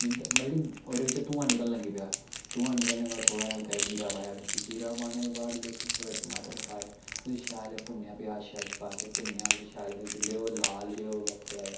मतलब कि ओह्दे बिच्च धुआं निकलन लगी पेआ धुआं निकलने दे बाद थोह्ड़ा जेहा हल्का जीरा पाया बिच्च जीरा पाने दे बाद बिच्च थोह्ड़ा टमाटर पाए उसी शैल भुन्नेआ प्याज श्याज पा के भुन्नेआ उसी शैल कर जेल्लै ओह् लाल जेहा हो गेआ थोह्ड़ा जेहा